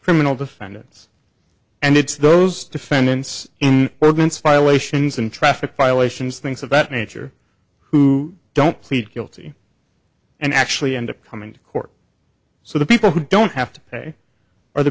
criminal defendants and it's those defendants where grants violations and traffic violations things of that nature who don't plead guilty and actually end up coming to court so the people who don't have to pay are the